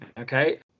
Okay